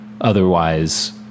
Otherwise